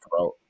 throat